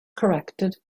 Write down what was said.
corrected